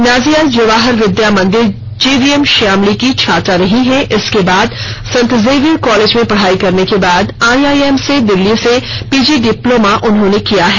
Nazia Jawahar Vidya Mandir JVM Shyamli की छात्रा रही हैं इसके बाद संत जेवियर कॉलेज में पढाई करने के बाद I I M C Delhi से पीजी डिप्लोमा किया है